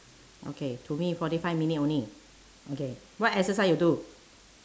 okay to me forty five minute only okay what exercise you do